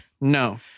No